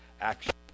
action